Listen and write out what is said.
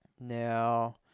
now